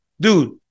Dude